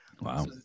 Wow